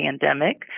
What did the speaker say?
pandemic